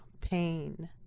pain